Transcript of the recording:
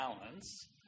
balance